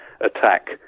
attack